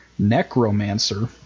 necromancer